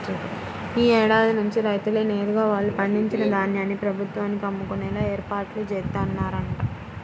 యీ ఏడాది నుంచి రైతులే నేరుగా వాళ్ళు పండించిన ధాన్యాన్ని ప్రభుత్వానికి అమ్ముకునేలా ఏర్పాట్లు జేత్తన్నరంట